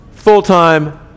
Full-time